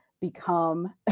become